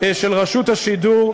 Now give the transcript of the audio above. של רשות השידור,